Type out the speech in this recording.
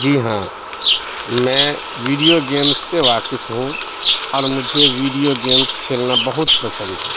جی ہاں میں video games سے واقف ہوں اور مجھے ویڈیو گیمس کھیلنا بہت پسند ہے